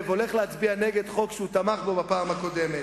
הולך להצביע נגד חוק שהוא תמך בו בפעם הקודמת.